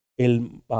El